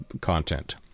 content